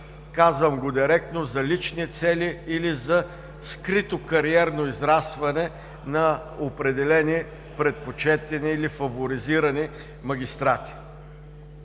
казвам го директно, за лични цели или за скрито кариерно израстване на определени предпочетени или фаворизирани магистрати.